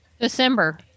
december